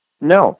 no